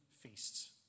feasts